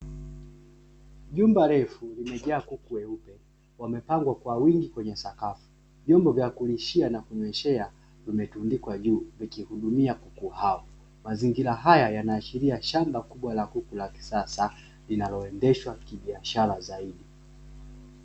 Jumba refu limejaa kuku weupe wamepangwa kwa wingi kwenye sakafu, vyombo kulishia na kunyweshea vimetundikwa juu vikihudumia kuku hao. Mazingira hayo yanaashiria shamba kubwa la kuku la kisasa linaloendeshwa kibiashara zaidi.